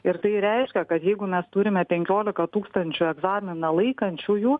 ir tai reiškia kad jeigu mes turime penkiolika tūkstančių egzaminą laikančiųjų